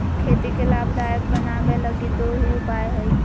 खेती के लाभदायक बनाबैय लगी दो ही उपाय हइ